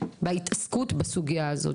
בהתעסקות בסוגייה הזאת.